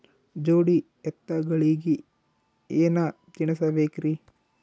ಜೋಡಿ ಎತ್ತಗಳಿಗಿ ಏನ ತಿನಸಬೇಕ್ರಿ?